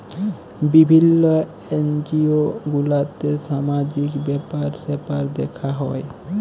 বিভিল্য এনজিও গুলাতে সামাজিক ব্যাপার স্যাপার দ্যেখা হ্যয়